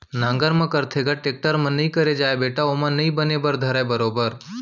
नांगर म करथे ग, टेक्टर म नइ करे जाय बेटा ओमा नइ बने बर धरय बरोबर